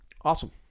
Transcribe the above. Awesome